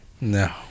no